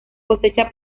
cosecha